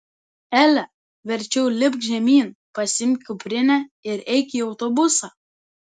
ele verčiau lipk žemyn pasiimk kuprinę ir eik į autobusą